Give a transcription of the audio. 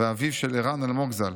ואביו של ערן אלמוג ז"ל.